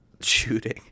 shooting